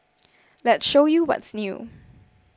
let's show you what's new